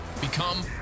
Become